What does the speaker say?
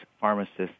pharmacists